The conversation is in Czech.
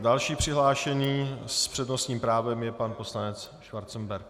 Další přihlášený s přednostním právem je pan poslanec Schwarzenberg.